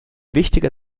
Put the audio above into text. wichtiger